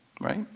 Right